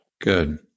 Good